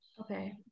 Okay